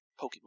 Pokemon